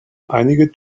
einige